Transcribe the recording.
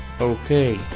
Okay